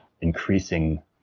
increasing